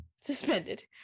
suspended